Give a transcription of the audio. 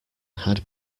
had